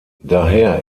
daher